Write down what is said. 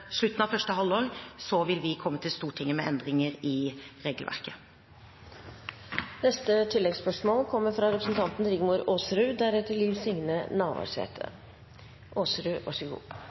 slutten av første halvår vil vi komme til Stortinget med endringer i regelverket. Rigmor Aasrud – til oppfølgingsspørsmål. Det er interessant å høre statsråd Mæland forklare hvorfor det er nødvendig med så